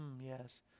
yes